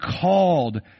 called